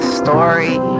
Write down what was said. story